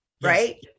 right